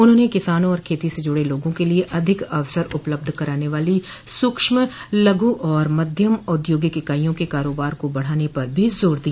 उन्होंने किसानों और खेती से जुड़े लोगों के लिए अधिक अवसर उपलब्ध कराने वाली सूक्ष्म लघु और मध्यम औद्योगिक इकाइयों के कारोबार को बढ़ाने पर भी जोर दिया